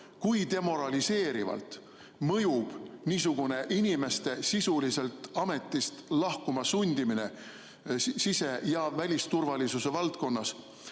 kui demoraliseerivalt mõjub niisugune inimeste sisuliselt ametist lahkuma sundimine sise- ja välisturvalisuse valdkonnas